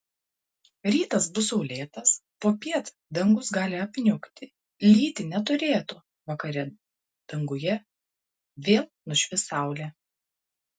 rytas bus saulėtas popiet dangus gali apniukti lyti neturėtų vakare danguje vėl nušvis saulė